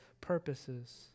purposes